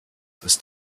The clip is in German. ist